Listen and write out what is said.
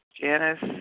Janice